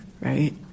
right